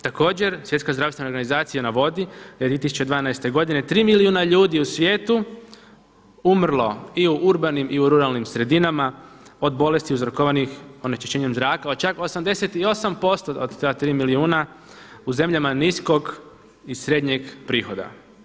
Također Svjetska zdravstvena organizacija navodi da je 2012. godine 3 milijuna ljudi u svijetu umrlo i u urbanim i u ruralnim sredinama od bolesti uzrokovanih onečišćenjem zraka, čak 88% od ta tri milijuna u zemljama niskog i srednjeg prihoda.